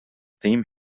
theme